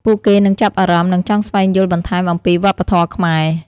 ពួកគេនឹងចាប់អារម្មណ៍ និងចង់ស្វែងយល់បន្ថែមអំពីវប្បធម៌ខ្មែរ។